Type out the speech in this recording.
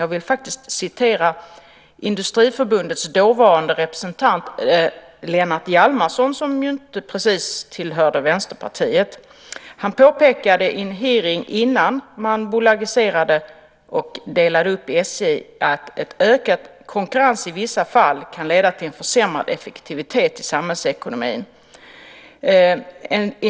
Jag vill citera vad Industriförbundets dåvarande representant Lennart Hjalmarsson, som ju inte precis tillhör Vänsterpartiet, framförde vid den hearing som hölls innan SJ bolagiserades och delades upp: "En ökad konkurrens i vissa fall kan leda till försämrad effektivitet i samhällsekonomin.